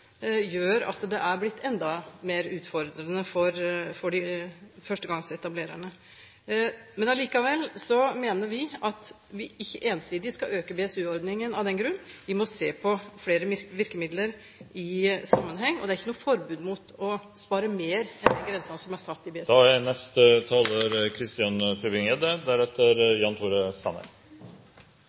gjør at det er blitt enda mer utfordrende for førstegangsetablererne. Men likevel mener vi at vi ikke ensidig skal øke BSU-ordningen av den grunn. Vi må se på flere virkemidler i sammenheng, og det er ikke noe forbud mot å spare mer enn den grensen som er satt i BSU. Replikkordskiftet er